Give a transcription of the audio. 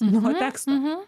nuo teksto